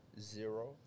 zero